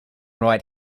right